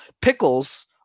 pickles